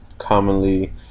Commonly